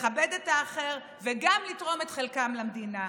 לכבד את האחר וגם לתרום את חלקם למדינה.